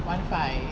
one five